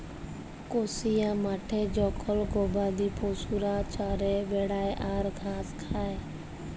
কসিয়া মাঠে জখল গবাদি পশুরা চরে বেড়ায় আর ঘাস খায়